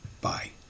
Bye